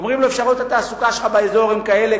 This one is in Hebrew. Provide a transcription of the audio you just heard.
אומרים לו: אפשרויות התעסוקה שלך באזור הן כאלה,